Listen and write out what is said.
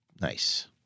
Nice